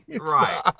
Right